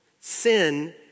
Sin